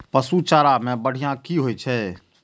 पशु चारा मैं बढ़िया की होय छै?